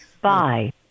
Bye